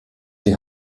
die